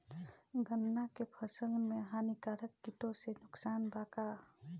गन्ना के फसल मे हानिकारक किटो से नुकसान बा का?